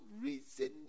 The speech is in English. reason